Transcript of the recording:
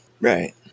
Right